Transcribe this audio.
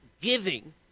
Giving